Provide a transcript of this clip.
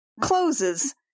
closes